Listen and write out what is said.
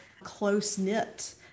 close-knit